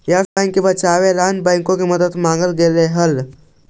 yes Bank के बचावे ला अन्य बाँकों से मदद मांगल गईल हल